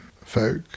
folk